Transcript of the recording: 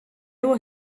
were